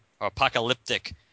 apocalyptic –